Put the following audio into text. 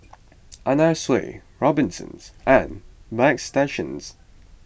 Anna Sui Robinsons and Bagstationz